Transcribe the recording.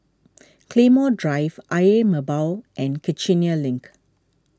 Claymore Drive Ayer Merbau Road and Kiichener Link